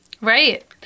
Right